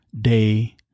day